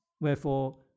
Wherefore